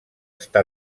està